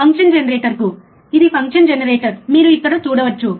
function జెనరేటర్కు ఇది function generator మీరు ఇక్కడ చూడవచ్చు